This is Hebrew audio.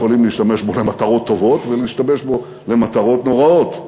יכולים להשתמש בו למטרות טובות ולהשתמש בו למטרות נוראות.